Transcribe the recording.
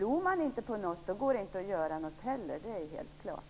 Om man inte tror på någonting går det inte heller att göra någonting - det är helt klart.